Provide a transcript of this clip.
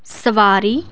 ਸਵਾਰੀ